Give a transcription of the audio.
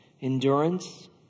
endurance